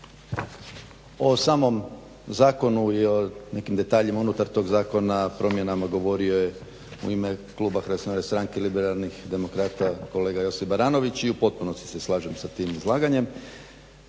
O samom zakonu i o nekim detaljima unutar tog zakona, promjenama govorio je u ime kluba Hrvatske narodne stranke – Liberalnih demokrata kolega Petar Baranović i u potpunosti se slažem sa tim izlaganjem.